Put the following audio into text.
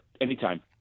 Anytime